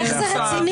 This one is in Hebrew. איך זה רציני?